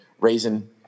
raising